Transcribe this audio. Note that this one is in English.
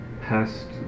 past